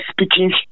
speaking